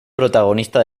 protagonista